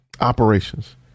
operations